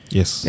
Yes